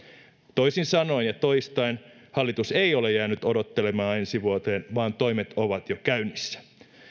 toisin sanoen ja toistaen hallitus ei ole jäänyt odottelemaan ensi vuoteen vaan toimet ovat jo käynnissä